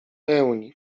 pełni